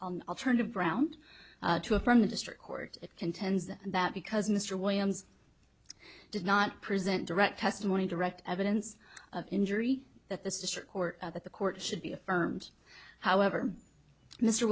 an alternative ground to affirm the district court contends that because mr williams did not present direct testimony direct evidence of injury that this district court at the court should be affirmed however mr